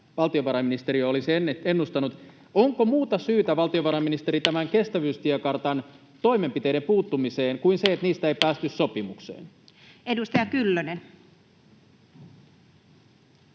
valtiovarainministeri, tämän kestävyystiekartan toimenpiteiden puuttumiseen kuin se, että niistä ei päästy sopimukseen? Edustaja Kyllönen.